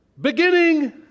beginning